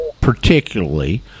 particularly